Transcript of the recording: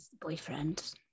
boyfriend